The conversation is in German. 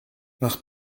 mach